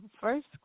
first